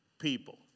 people